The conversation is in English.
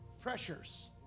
pressures